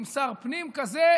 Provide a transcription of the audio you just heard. עם שר פנים כזה,